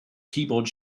keyboard